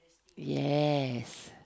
yes